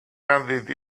handed